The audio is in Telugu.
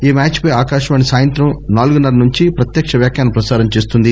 ఈ మ్యాచ్ పై ఆకాశవాణి సాయంత్రం నాలుగున్నర నుండి ప్రత్యక్ష వ్యాఖ్యానం ప్రసారం చేస్తుంది